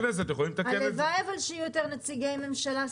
הלוואי שיהיו יותר נציגי ממשלה,